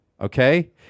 okay